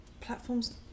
Platforms